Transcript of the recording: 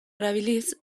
erabiliz